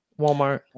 Walmart